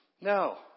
No